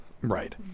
right